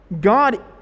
God